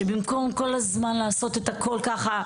שבמקום כל הזמן לעשות את הכול ככה,